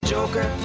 Joker